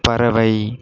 பறவை